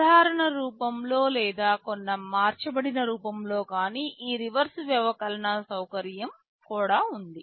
సాధారణ రూపంలో లేదా కొన్ని మార్చబడిన రూపంలో గాని ఈ రివర్స్ వ్యవకలన సౌకర్యం కూడా ఉంది